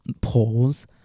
polls